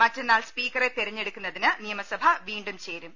മറ്റന്നാൾ സ്പീക്കറെ തെർഞ്ഞെടുക്കുന്നതിന് നിയമസഭ വീണ്ടും ചേരും